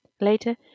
Later